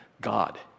God